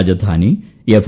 Rajdhani F